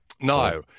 No